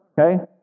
okay